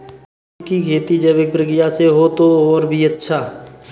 tamarind की खेती जैविक प्रक्रिया से हो तो और भी अच्छा